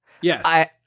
Yes